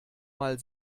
mal